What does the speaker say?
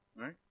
right